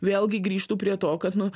vėlgi grįžtu prie to kad nu